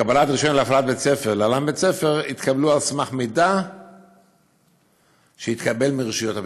לקבל רישיון להפעלת בית-ספר התקבלה על סמך מידע שהתקבל מרשויות הביטחון.